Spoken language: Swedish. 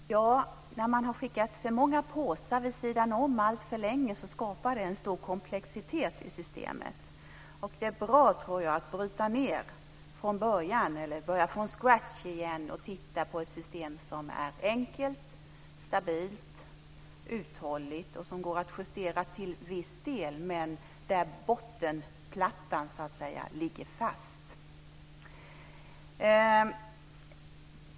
Fru talman! När man har skickat för många påsar vid sidan om alltför länge skapar det en stor komplexitet i systemet. Det är bra, tror jag, att bryta ned systemet och börja från scratch igen och titta på ett system som är enkelt, stabilt, uthålligt och som går att justera till viss del, men där bottenplattan så att säga ligger fast.